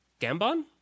Gambon